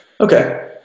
Okay